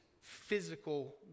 physical